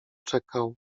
czekał